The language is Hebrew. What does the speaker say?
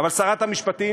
אבל שרת המשפטים,